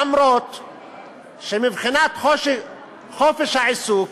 אף שמבחינת חופש העיסוק,